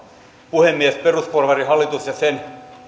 puhemies perusporvarihallitus ja sen